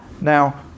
Now